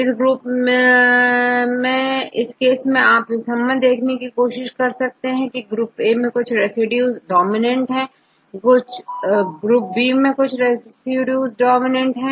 तो इस केस में आप यह संबंध देखने की कोशिश कर सकते हैं कि ग्रुप ए में कुछ रेसिड्यूज डोमिनेंट है और ग्रुप बी में कुछ रेसिड्यूज डोमिनेंट है